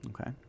okay